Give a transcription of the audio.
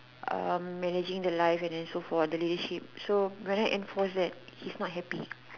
um managing the life and then so for the leadership so right now enforce that he's not happy